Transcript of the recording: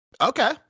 Okay